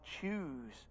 choose